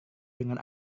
dengan